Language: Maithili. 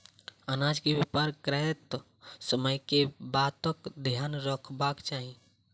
अनाज केँ व्यापार करैत समय केँ बातक ध्यान रखबाक चाहि?